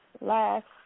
Last